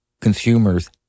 consumers